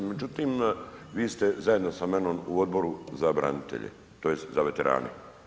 Međutim vi ste zajedno sa mnom u Odboru za branitelje tj. za veterane.